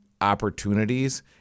opportunities